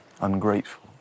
ungrateful